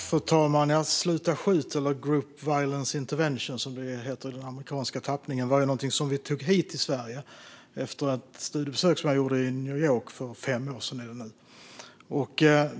Fru talman! Sluta skjut, eller Group Violence Intervention, som det heter i den amerikanska tappningen, var någonting som vi tog hit till Sverige efter ett studiebesök som jag gjorde i New York för fem år sedan.